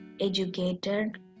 educated